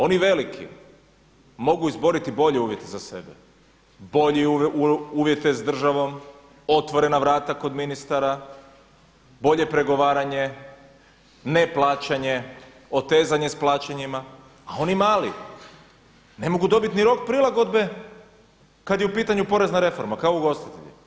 Oni veliki mogu izboriti bolje uvjete za sebe, bolje uvjete s državom, otvorena vrata kod ministara, bolje pregovaranje, ne plaćanje, otezanje sa plaćanjima a oni mali ne mogu dobiti ni rok prilagodbe kad je u pitanju porezna reforma kao ugostitelji.